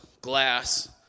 glass